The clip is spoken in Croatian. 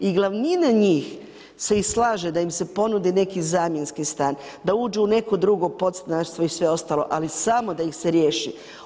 I glavnine njih se i slaže da im se ponudi neki zamjenski stan, da uđu u neko drugo podstanarstvo i sve ostalo ali samo da ih se riješi.